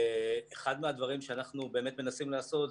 אחד מהדברים שאנחנו באמת מנסים לעשות,